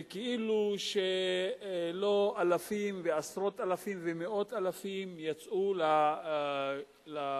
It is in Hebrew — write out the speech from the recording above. וכאילו לא אלפים ועשרות אלפים ומאות אלפים יצאו לרחובות